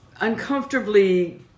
uncomfortably